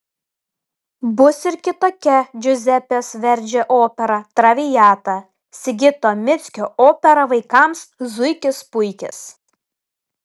bus ir kitokia džiuzepės verdžio opera traviata sigito mickio opera vaikams zuikis puikis